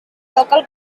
local